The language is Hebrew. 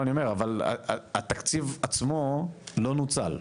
אני אומר התקציב עצמו לא נוצל.